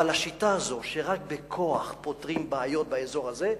אבל השיטה הזאת שרק בכוח פותרים בעיות באזור הזה,